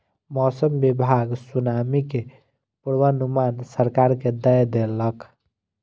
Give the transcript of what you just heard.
मौसम विभाग सुनामी के पूर्वानुमान सरकार के दय देलक